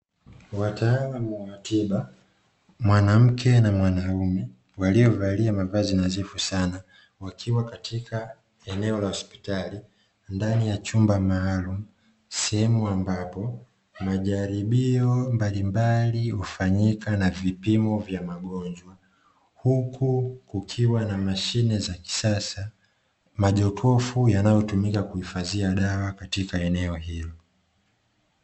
Wataalamu wa tiba mwanamke na mwanaume waliovalia mavazi nadhifu sana wakiwa Katika eneo la hospitali Ndani ya chumba maalumu Sehemu ambapo Majaribio mbalimbali hufanyika na vipimo vya magonjwa, huku Kuwa na mashine za kisasa Majokofu yanayotumika kuhifadhia dawa katika eneo hilo.